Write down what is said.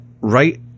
right